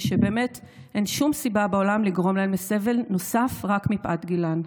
ושבאמת אין שום סיבה בעולם לגרום להן לסבל נוסף רק מפאת גילן.